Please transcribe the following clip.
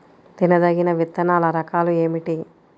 తినదగిన విత్తనాల రకాలు ఏమిటి?